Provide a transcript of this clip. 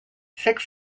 six